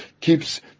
keeps